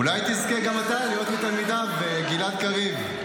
אולי תזכה גם אתה להיות מתלמידיו, גלעד קריב.